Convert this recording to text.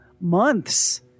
Months